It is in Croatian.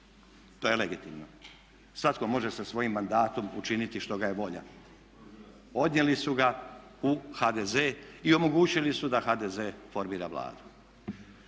To je legitimno. Svatko može sa svojim mandatom učiniti što ga je volja. Odnijeli su ga u HDZ i omogućili su da HDZ formira Vladu.